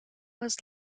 was